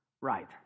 right